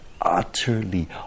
utterly